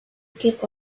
keep